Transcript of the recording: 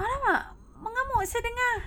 !alamak! mengamuk saya dengar